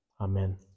amen